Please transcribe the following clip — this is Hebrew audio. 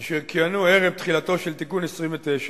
אשר כיהנו ערב תחילתו של תיקון 29,